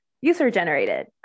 user-generated